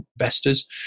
investors